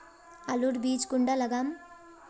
आलूर बीज कुंडा लगाम?